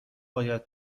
باید